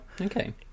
Okay